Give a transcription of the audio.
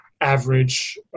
average